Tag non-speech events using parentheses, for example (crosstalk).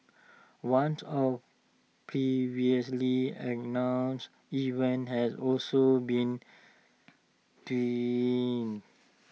(unintelligible) of previously announced events has also been (unintelligible)